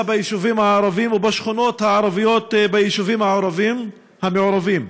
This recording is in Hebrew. ביישובים הערביים ובשכונות הערביות ביישובים המעורבים,